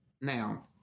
Now